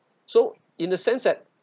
so in a sense that